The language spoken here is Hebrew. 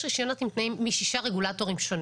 רישיונות עם תנאים משישה רגולטורים שונים.